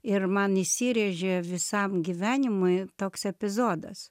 ir man įsirėžė visam gyvenimui toks epizodas